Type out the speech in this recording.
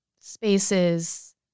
spaces